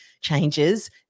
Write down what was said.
changes